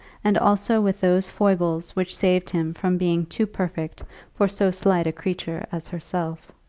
and also with those foibles which saved him from being too perfect for so slight a creature as herself.